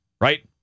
right